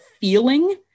feeling